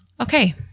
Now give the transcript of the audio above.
Okay